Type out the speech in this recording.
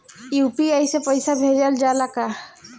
UPI से पईसा भेजल जाला का?